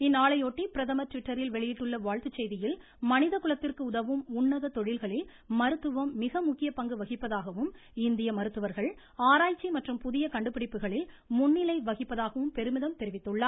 இந்நாளையொட்டி வெளியிட்டுள்ள வாழ்த்துச்செய்தியில் மனிதகுலத்திற்கு உதவும் உன்னத தொழில்களில் மருத்துவம் மிக முக்கியபங்கு வகிப்பதாகவும் இந்திய மருத்துவர்கள் ஆராய்ச்சி மற்றும் புதிய கண்டுபிடிப்புகளில் முன்னிலை வகிப்பதாகவும் பெருமிதம் தெரிவித்துள்ளார்